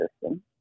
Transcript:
system